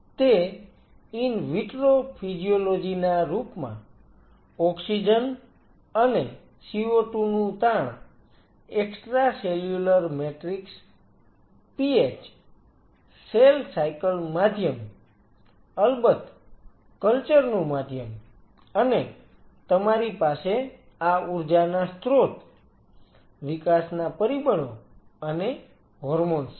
તે in vitro physiology ના રૂપમાં ઓક્સિજન અને CO2 નું તાણ extracellular matrix pH cell cycle માધ્યમ અલબત કલ્ચર નું માધ્યમ અને તમારી પાસે આ ઉર્જાના સ્ત્રોત વિકાસના પરિબળો અને હોર્મોન્સ છે